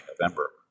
November